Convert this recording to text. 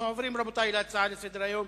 רבותי, אנחנו עוברים להצעות לסדר-היום